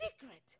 secret